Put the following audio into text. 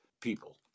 people